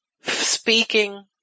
speaking